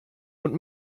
und